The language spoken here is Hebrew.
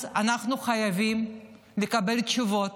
אנחנו חייבים לקבל תשובות,